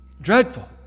Dreadful